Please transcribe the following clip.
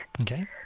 Okay